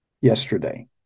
yesterday